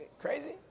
crazy